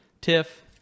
Tiff